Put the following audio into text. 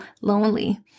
lonely